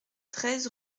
treize